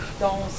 dans